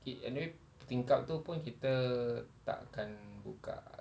it anyway tingkap itu pun kita tak akan buka